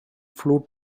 flute